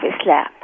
Islam